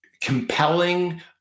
compelling